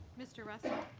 mr. russell?